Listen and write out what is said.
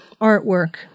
artwork